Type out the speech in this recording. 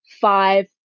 five